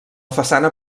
façana